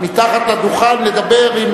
מתחת לדוכן לדבר,